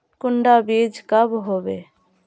कुंडा बीज कब होबे?